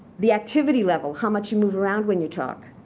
the activity level, how much you move around when you talk?